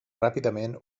ràpidament